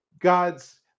God's